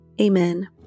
Amen